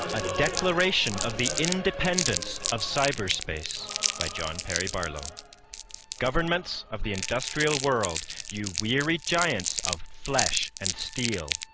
a declaration of the independence of cyber space by john perry barlow governments of the industrial world, you wearied giants of flesh and steel,